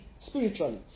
Spiritually